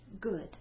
good